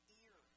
ear